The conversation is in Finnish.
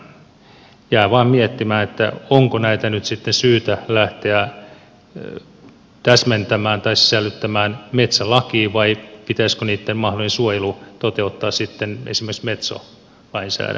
jään vain miettimään onko näitä nyt sitten syytä lähteä täsmentämään tai sisällyttämään metsälakiin vai pitäisikö niitten mahdollinen suojelu toteuttaa sitten esimerkiksi metso lainsäädännön perusteella